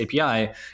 API